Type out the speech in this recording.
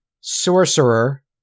Sorcerer